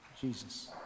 Jesus